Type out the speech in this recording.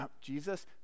Jesus